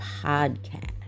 podcast